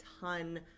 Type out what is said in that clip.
ton